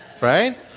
right